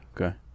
Okay